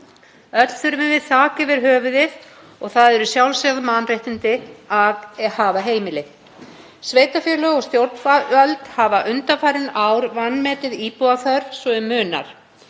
Öll þurfum við þak yfir höfuðið og það eru sjálfsögð mannréttindi að hafa heimili. Sveitarfélög og stjórnvöld hafa undanfarin ár vanmetið íbúðaþörf svo um munar.